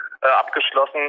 abgeschlossen